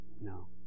No